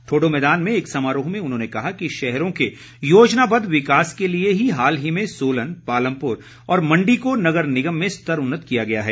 ठोडो मैदान में एक समारोह में उन्होंने कहा कि शहरों के योजनाबद्व विकास के लिए ही हाल ही में सोलन पालमपुर और मंडी को नगर निगम में स्तरोन्नत किया गया है